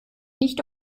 nicht